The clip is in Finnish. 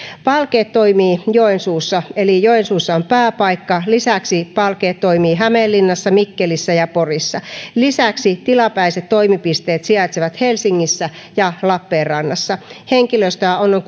palkeet toimii joensuussa eli joensuussa on pääpaikka lisäksi palkeet toimii hämeenlinnassa mikkelissä ja porissa lisäksi tilapäiset toimipisteet sijaitsevat helsingissä ja lappeenrannassa henkilöstöä on